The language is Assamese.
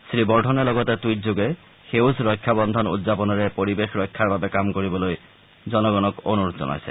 শ্ৰী বৰ্ধনে লগতে টুইটযোগে সেউজ ৰক্ষাবন্ধন উদযাপনেৰে পৰিৱেশ ৰক্ষাৰ বাবে কাম কৰিবলৈ জনসাধাৰণক অনুৰোধ জনাইছে